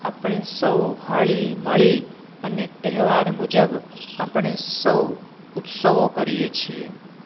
આપણે સૌ હળીમળી અને તહેવાર મુજબ આપણે સૌ ઉત્સવો કરીએ છીએ